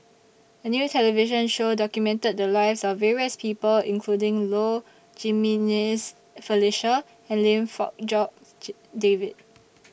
A New television Show documented The Lives of various People including Low Jimenez Felicia and Lim Fong Jock David